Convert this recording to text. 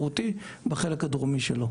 בחלק הדרומי של הים.